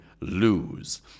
lose